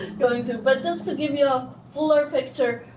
going to, but just to give you a fuller picture,